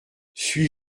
suis